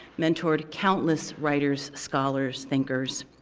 mentored countless writers, scholars, thinkers.